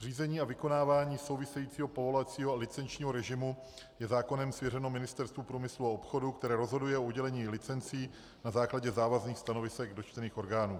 Řízení a vykonávání souvisejícího povolovacího a licenčního režimu je zákonem svěřeno Ministerstvu průmyslu a obchodu, které rozhoduje o udělení licencí na základě závazných stanovisek dotčených orgánů.